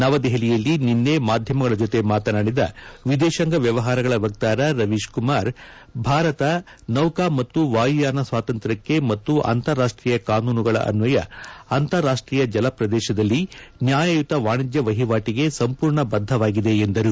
ನವದೆಹಲಿಯಲ್ಲಿ ನಿನ್ನೆ ಮಾಧ್ಯಮಗಳ ಜೊತೆ ಮಾತನಾಡಿದ ವಿದೇಶಾಂಗ ವ್ಯವಹಾರಗಳ ವಕ್ತಾರ ರವೀಶ್ ಕುಮಾರ್ ಭಾರತ ನೌಕಾ ಮತ್ತು ವಾಯುಯಾನ ಸ್ವಾತಂತ್ರ್ಯಕ್ಷೆ ಮತ್ತು ಅಂತಾರಾಷ್ಟೀಯ ಕಾನೂನುಗಳ ಅನ್ವಯ ಅಂತಾರಾಷ್ಟೀಯ ಜಲ ಪ್ರದೇಶದಲ್ಲಿ ನ್ಯಾಯಯತ ವಾಣಿಜ್ಯ ವಹಿವಾಟಿಗೆ ಸಂಪೂರ್ಣ ಬದ್ಧವಾಗಿದೆ ಎಂದರು